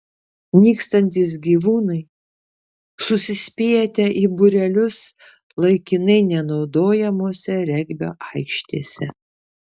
nykstantys gyvūnai susispietę į būrelius laikinai nenaudojamose regbio aikštėse